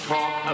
Talk